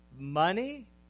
Money